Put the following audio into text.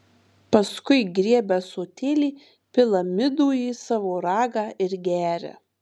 paskui griebia ąsotėlį pila midų į savo ragą ir geria